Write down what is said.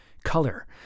Color